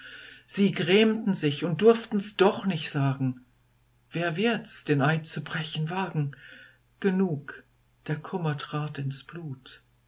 sie grämten sich und durftens doch nicht sagen wer wirds den eid zu brechen wagen genug der kummer trat ins blut